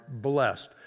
blessed